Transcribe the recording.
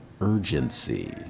urgency